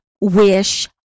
wish